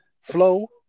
flow